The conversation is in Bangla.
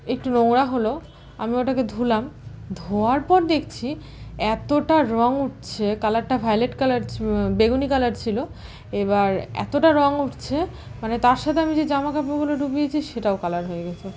একটু নোংরা হল আমি ওটাকে ধুলাম ধোয়ার পর দেখছি এতটা রং উঠেছে কালারটা ভায়োলেট কালার বেগুনী কালার ছিল এবার এতটা রং উঠেছে মানে তার সাথে আমি যে জামা কাপড়গুলো ডুবিয়েছি সেটাও কালার হয়ে গিয়েছে